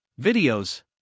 videos